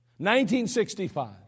1965